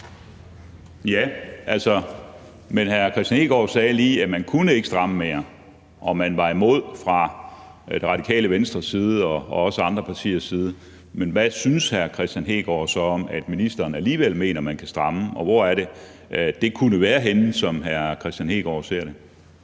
Men hr. Kristian Hegaard sagde jo lige, at man ikke kunne stramme mere, og at man var imod det fra Radikale Venstres side og også fra andre partiers side. Men hvad synes hr. Kristian Hegaard så om, at ministeren alligevel mener, at man kan stramme, og hvor kunne det være henne, som hr. Kristian Hegaard ser det?